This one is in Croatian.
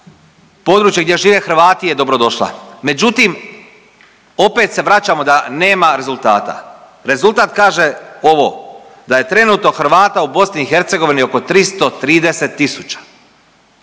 područje gdje žive Hrvati je dobrodošla, međutim opet se vraćamo da nema rezultata, rezultat kaže ovo da je trenutno Hrvata u BiH oko 330 tisuća,